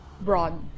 broad